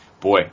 Boy